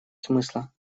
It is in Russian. смысла